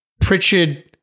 Pritchard